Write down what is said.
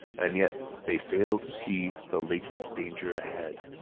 and yet they failed to see the latent danger ahead.